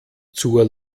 zur